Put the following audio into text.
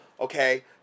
Okay